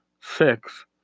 six